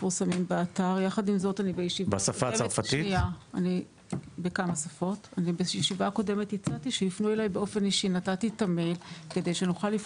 מפורט של הלימודים ולא מסתפקת בכותרות ובגיליון הציונים אנשים שלמדו